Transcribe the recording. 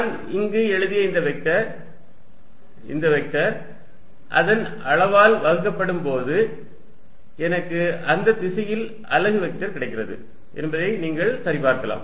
நான் இங்கு எழுதிய இந்த வெக்டர் இந்த வெக்டர் அதன் அளவால் வகுக்கப்படும் போது எனக்கு அந்த திசையில் அலகு வெக்டர் கிடைக்கிறது என்பதை நீங்கள் சரிபார்க்கலாம்